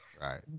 Right